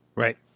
Right